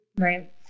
Right